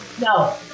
No